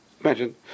Imagine